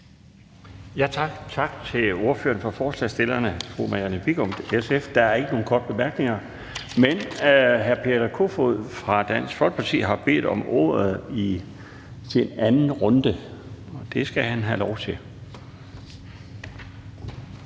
Laustsen): Tak til ordføreren for forslagsstillerne, fru Marianne Bigum, SF. Der er ikke nogen korte bemærkninger. Men hr. Peter Kofod fra Dansk Folkeparti har bedt om ordet i en anden runde, og det skal han have lov til.